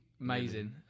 Amazing